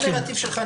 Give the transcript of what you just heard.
זה הנרטיב שלך,